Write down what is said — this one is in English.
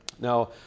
Now